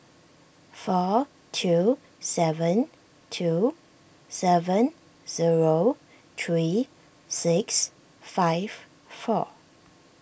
four two seven two seven zero three six five four